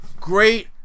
Great